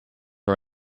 are